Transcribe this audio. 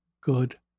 good